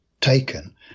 taken